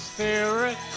Spirit